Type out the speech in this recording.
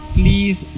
please